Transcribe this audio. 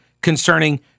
concerning